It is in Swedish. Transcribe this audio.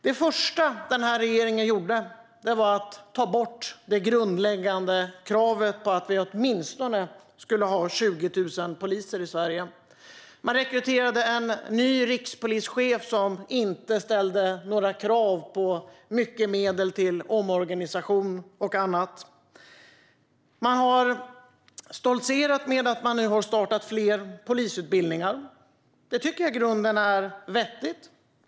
Det första den här regeringen gjorde var att ta bort det grundläggande kravet på att vi åtminstone skulle ha 20 000 poliser i Sverige. Man rekryterade en ny rikspolischef som inte ställde några krav på mycket medel till omorganisation och annat. Man har stoltserat med att man nu har startat fler polisutbildningar. Det är i grunden vettigt.